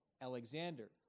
Alexander